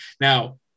Now